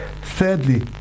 Thirdly